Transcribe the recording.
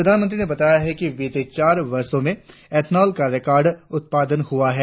प्रधानमंत्री ने बताया कि बीते चार वर्षों में एथनॉल का रिकॉर्ड उत्पादन हुआ है